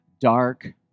dark